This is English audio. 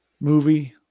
movie